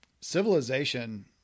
civilization